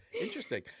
Interesting